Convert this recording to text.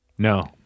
No